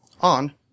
on